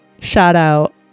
shout-out